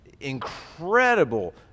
incredible